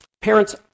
Parents